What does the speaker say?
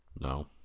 No